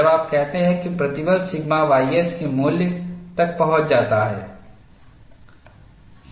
जब आप कहते हैं कि प्रतिबल सिग्मा ys के मूल्य तक पहुँच जाता है